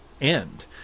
end